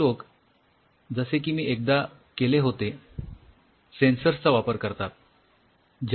काही लोक जसे की मी एकदा केले होते सेन्सर्स चा वापर करतात